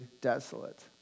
desolate